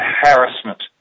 harassment